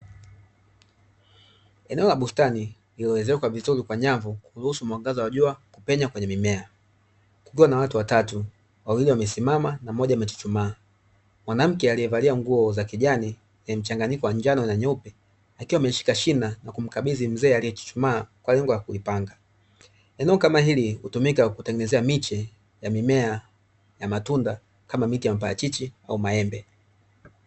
Eneo la bustani lililoezekwa vizuri kwa nyavu kuruhusu mwangaza wa jua kupenya kwenye mimea. Kukiwa na watu watatu, wawili wamesimama na mmoja amechuchumaa. Mwanamke aliyevalia nguo za kijani yenye mchanganyiko wa njano na nyeupe, akiwa ameshika shina na kumkabidhi mzee aliyechuchumaa kwa lengo la kulipanga. Eneo kama hili hutumika kutengenezea miche ya mimea ya matunda kama miti ya miparachichi au maembe.